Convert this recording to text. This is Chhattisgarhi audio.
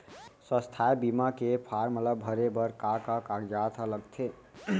स्वास्थ्य बीमा के फॉर्म ल भरे बर का का कागजात ह लगथे?